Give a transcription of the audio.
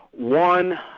one,